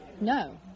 No